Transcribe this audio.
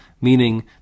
meaning